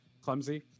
clumsy